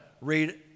read